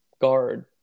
guard